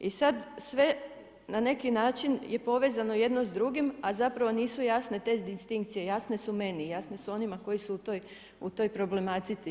I sad sve, na neki način povezano jedno s drugim, a zapravo nisu jasne te distinkcije, jasne su meni, jasne su onima koji su u toj problematici.